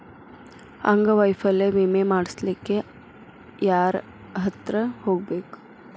ಅಂಗವೈಫಲ್ಯ ವಿಮೆ ಮಾಡ್ಸ್ಲಿಕ್ಕೆ ಯಾರ್ಹತ್ರ ಹೊಗ್ಬ್ಖು?